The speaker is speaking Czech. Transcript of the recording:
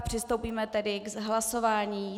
Přistoupíme tedy k hlasování.